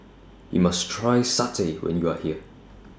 YOU must Try Satay when YOU Are here